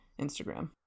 Instagram